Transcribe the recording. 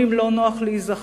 גם אם לא נוח להיזכר,